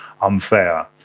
unfair